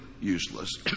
useless